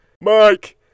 Mike